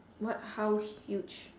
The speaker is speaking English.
what how huge